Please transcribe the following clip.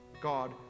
God